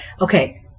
okay